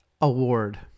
Award